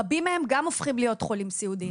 רבים מהם גם הופכים להיות חולים סיעודיים.